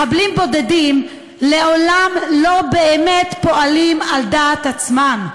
מחבלים בודדים לעולם לא באמת פועלים על דעת עצמם.